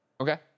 Okay